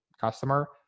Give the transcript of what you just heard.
customer